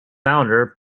founder